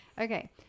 Okay